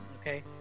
okay